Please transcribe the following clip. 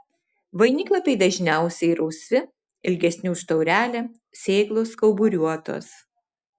vainiklapiai dažniausiai rausvi ilgesni už taurelę sėklos kauburiuotos